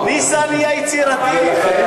ניסן נהיה יצירתי.